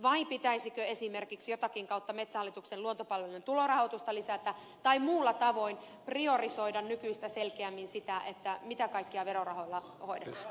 vai pitäisikö esimerkiksi jotakin kautta metsähallituksen luontopalveluiden tulorahoitusta lisätä tai muulla tavoin priorisoida nykyistä selkeämmin sitä mitä kaikkea verorahoilla hoidetaan